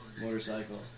motorcycle